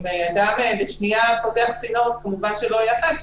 אם אדם בשנייה פותח צינור אז כמובן שזה לא ייאכף.